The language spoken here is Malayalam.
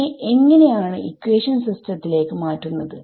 ഇതിനെ എങ്ങനെ ആണ് ഇക്വാഷൻ സിസ്റ്റത്തിലേക്ക് മാറ്റുന്നത്